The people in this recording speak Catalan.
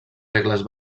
regles